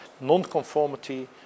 Non-conformity